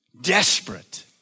desperate